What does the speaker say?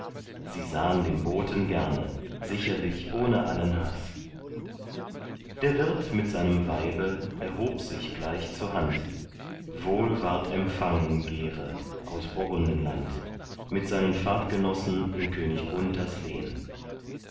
sie sahn den boten gerne sicherlich ohne allen haß der wirt mit seinem weibe erhob sich gleich zur hand wohl ward empfangen gere aus burgundenland mit seinen fahrtgenossen in könig gunthers lehn